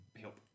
help